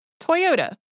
Toyota